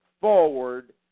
forward